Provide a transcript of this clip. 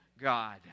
God